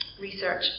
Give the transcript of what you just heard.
research